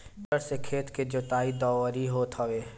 tractor से खेत के जोताई, दवरी होत हवे